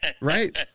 Right